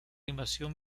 invasión